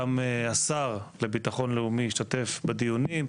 גם השר לביטחון לאומי השתתף בדיונים.